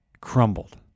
crumbled